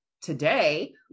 today